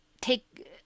take